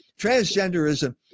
transgenderism